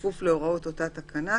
בכפוף להוראות אותה תקנה,